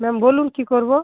ma'am বলুন কী করবো